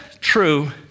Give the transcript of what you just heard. true